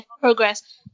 progress